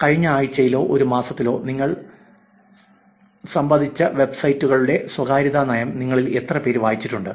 കഴിഞ്ഞ ആഴ്ചയിലോ ഒരു മാസത്തിലോ നിങ്ങൾ സംവദിച്ച വെബ്സൈറ്റുകളുടെ സ്വകാര്യതാ നയം നിങ്ങളിൽ എത്രപേർ വായിച്ചിട്ടുണ്ട്